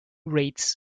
rates